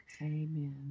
Amen